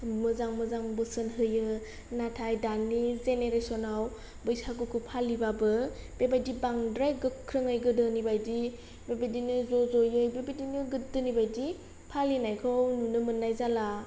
मोजां मोजां बोसोन होयो नाथाय दानि जेनेरेसनाव बैसागुखौ फालिबाबो बेबायदि बांद्राय गोख्रोङै गोदोनि बादि बेबायदिनो ज' ज'यै बेबायदिनो गोदोनि बायदि फालिनायखौ नुनो मोननाय जाला